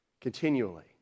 continually